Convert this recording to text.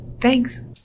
Thanks